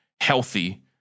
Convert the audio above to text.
healthy